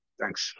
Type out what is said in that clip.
thanks